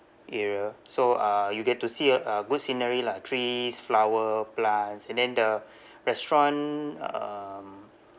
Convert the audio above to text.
area so uh you get to see uh a good scenery lah trees flower plants and then the restaurant um